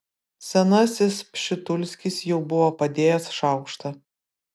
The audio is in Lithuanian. senasis pšitulskis jau buvo padėjęs šaukštą